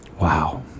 wow